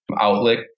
outlet